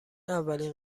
اولین